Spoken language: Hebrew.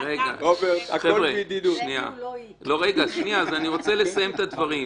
אני רוצה לסיים את הדברים: